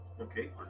Okay